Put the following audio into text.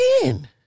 Again